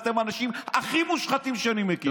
אתם האנשים הכי מושחתים שאני מכיר.